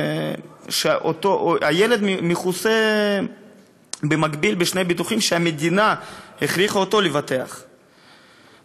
שהילד מכוסה במקביל בשני ביטוחים שהמדינה הכריחה אותו לבטח בהם,